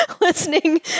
listening